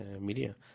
media